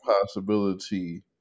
possibility